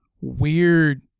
weird